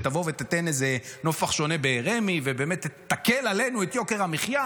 שתבוא ותיתן נופך שונה ברמ"י ובאמת תקל עלינו את יוקר המחיה,